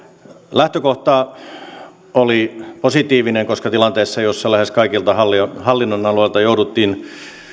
lähtökohta oli positiivinen koska tilanteessa jossa lähes kaikilta hallinnonaloilta jouduttiin